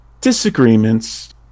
Disagreements